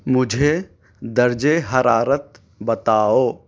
مجھے درجہ حرارت بتاؤ